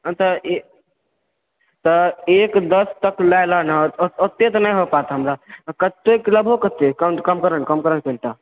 हँ तऽ एतऽ एक दस तक लय लऽ ने ओत्ते तऽ नहि होपायत हमरा कत्तेक लेबो लेबो कत्तेक कम करै नहि कम कर कनि तऽ